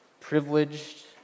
privileged